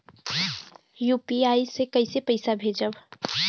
UPI से कईसे पैसा भेजब?